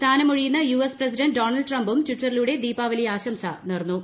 സ്ഥാനമൊഴിയുന്ന US president Donald ട്രംപും ടിറ്ററിലൂടെ ദീപാവലി ആശംസ നേർന്നു